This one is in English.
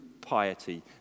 piety